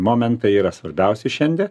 momentai yra svarbiausi šiandie